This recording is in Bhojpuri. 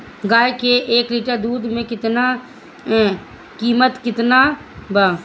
गाय के एक लीटर दूध के कीमत केतना बा?